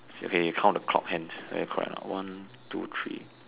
okay you count the clock hands whether correct or not one two three